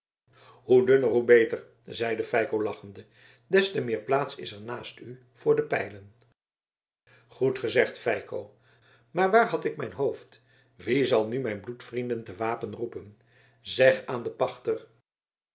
hoe dunner hoe beter zeide feiko lachende des te meer plaats is er naast u voor de pijlen goed gezegd feiko maar waar had ik mijn hoofd wie zal nu mijn bloedvrienden te wapen roepen zeg aan den pachter